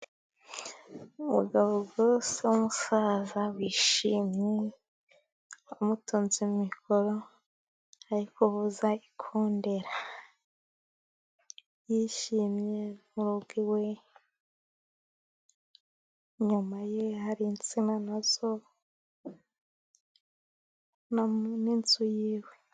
Umugabo rwose w'umusaza wishimye, bamutunze mikoro ari kuvuza ikondera yishimye ,nubwo iwe inyuma ye hari insina na zo n'inzu ye.